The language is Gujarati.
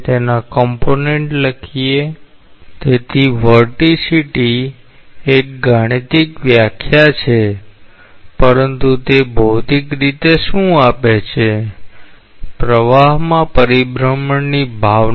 તેથી વર્ટીસીટી એક ગાણિતિક વ્યાખ્યા છે પરંતુ તે ભૌતિક રીતે શું આપે છે પ્રવાહમાં પરિભ્રમણ ની ભાવના